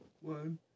One